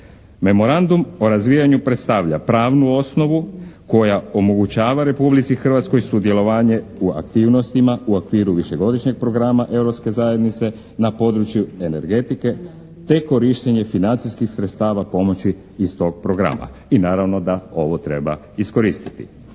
Memorandum o razvijanju predstavlja pravnu osnovu koja omogućava Republici Hrvatskoj sudjelovanje u aktivnostima u okviru višegodišnjeg programa Europske zajednice na području energetike te korištenje financijskih sredstava pomoći iz tog programa i naravno da ovo treba iskoristiti.